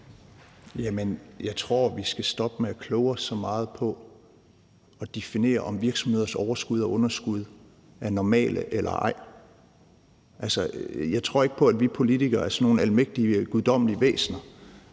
jeg tror, vi skal stoppe med at kloge os så meget på at definere, om virksomheders overskud eller underskud er normale eller ej. Altså, jeg tror ikke på, at vi politikere er sådan nogle almægtige, guddommelige væsener,